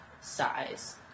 size